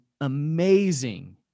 amazing